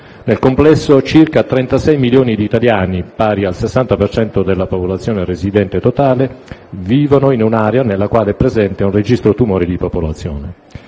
nel complesso, circa 36 milioni di italiani, pari a circa il 60 per cento della popolazione residente totale, vivono in un'area nella quale è presente un registro tumori di popolazione.